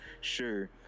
sure